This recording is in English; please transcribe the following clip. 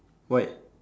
why